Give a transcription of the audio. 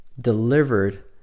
delivered